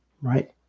right